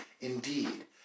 Indeed